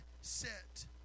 set